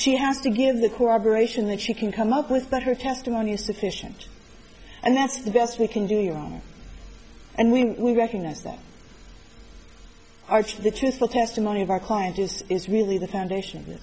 she has to give the corporation that she can come up with that her testimony is sufficient and that's the best we can do your own and when we recognize that our the truthful testimony of our client is really the foundation